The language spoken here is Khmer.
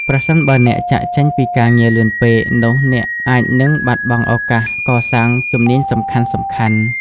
ប្រសិនបើអ្នក ចាកចេញពីការងារលឿនពេក នោះអ្នកអាចនឹង បាត់បង់ឱកាសកសាងជំនាញសំខាន់ៗ។